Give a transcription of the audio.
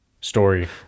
story